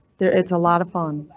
there is a lot of fun,